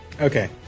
okay